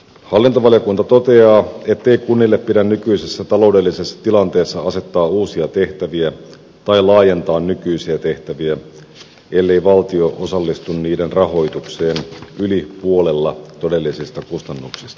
hallintovaliokunta toteaa ettei kunnille pidä nykyisessä taloudellisessa tilanteessa asettaa uusia tehtäviä tai laajentaa nykyisiä tehtäviä ellei valtio osallistu niiden rahoitukseen yli puolella todellisista kustannuksista